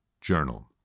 journal